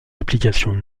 applications